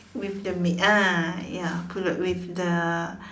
with the meat ah ya pulut with the